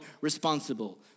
responsible